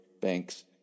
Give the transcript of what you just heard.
banks